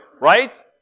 Right